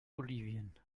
bolivien